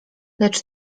lecz